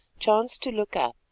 chanced to look up.